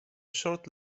short